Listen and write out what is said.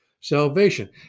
salvation